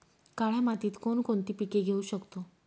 काळ्या मातीत कोणकोणती पिके घेऊ शकतो?